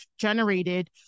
generated